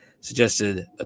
suggested